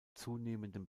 zunehmendem